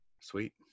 Sweet